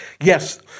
Yes